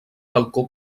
balcó